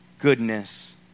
goodness